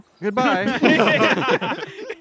Goodbye